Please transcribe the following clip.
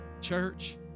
Church